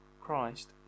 Christ